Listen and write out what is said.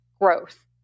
growth